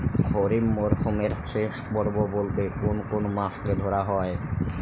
খরিপ মরসুমের শেষ পর্ব বলতে কোন কোন মাস কে ধরা হয়?